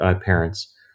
parents